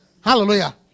Hallelujah